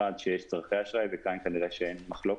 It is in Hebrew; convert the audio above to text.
אחד שיש צרכי אשראי, וכאן כנראה שאין מחלוקת,